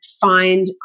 find